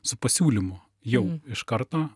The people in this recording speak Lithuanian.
su pasiūlymu jau iš karto